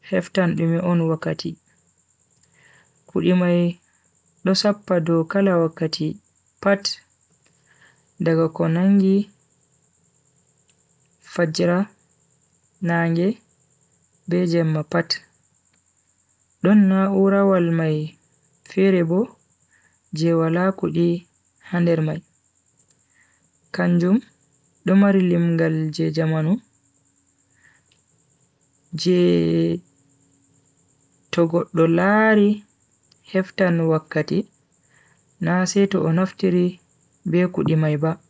heftan dimi on wakati Kudi mai dosapa do kalawakati pat Dha go konangi fajra na je be jam mapat Dun na oorawol mai fere bo jevala kuli handermai Kanju dumari limgal je jamanu Je to go dolari heftan wakati Na se to on naftira be kudi mai wakati